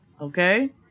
Okay